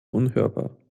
unhörbar